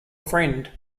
friend